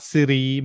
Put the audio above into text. Siri